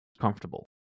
comfortable